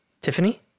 Tiffany